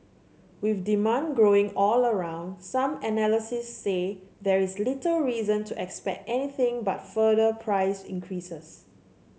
with demand growing all around some analysts say there is little reason to expect anything but further price increases